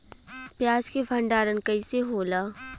प्याज के भंडारन कइसे होला?